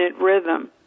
rhythm